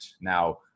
Now